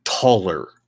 taller